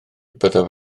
byddaf